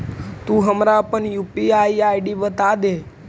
तु हमरा अपन यू.पी.आई आई.डी बतादे